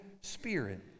Spirit